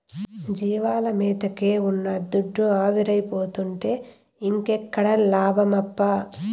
జీవాల మేతకే ఉన్న దుడ్డు ఆవిరైపోతుంటే ఇంకేడ లాభమప్పా